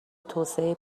توسعه